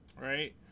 Right